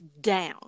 down